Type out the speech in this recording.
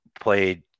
played